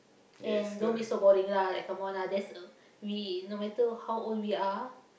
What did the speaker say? and don't be so boring lah like come on lah just we no matter how old we are